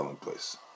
place